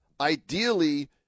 ideally